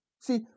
See